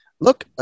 Look